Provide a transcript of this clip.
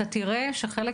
אתה תראה שחלק